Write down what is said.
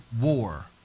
War